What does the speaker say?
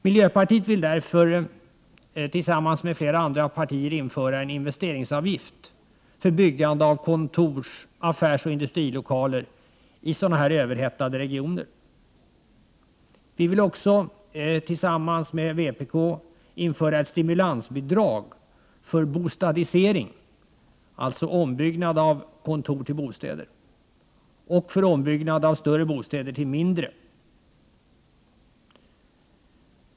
Miljöpartiet vill därför, tillsammans med flera andra partier, införa en investeringsavgift för byggande av kontors-, affärsoch industrilokaler i sådana här överhettade regioner. Vi vill också, tillsammans med vpk, införa ett stimulansbidrag för ”bostadisering”, alltså ombyggnad av kontor till bostäder, och för ombyggnad av större bostäder till mindre.